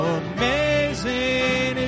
amazing